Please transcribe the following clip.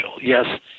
Yes